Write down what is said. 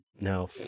No